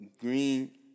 green